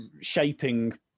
shaping